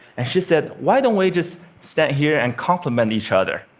and she said, why don't we just stand here and compliment each other?